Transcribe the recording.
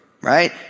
right